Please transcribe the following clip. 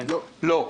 לא.